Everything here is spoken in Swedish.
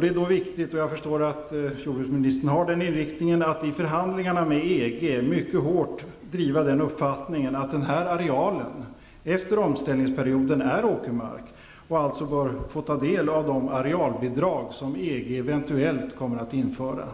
Det är då viktigt att -- jag förstår att jordbruksministern har den inriktningen -- i förhandlingarna med EG mycket hårt driva uppfattningen att denna areal efter omställningsperioden är åkermark och således bör få ta del av de arealbidrag som EG eventuellt kommer att införa.